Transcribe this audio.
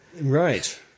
Right